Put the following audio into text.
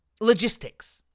logistics